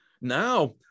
Now